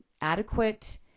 adequate